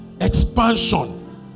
Expansion